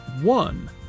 one